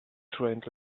trained